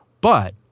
But-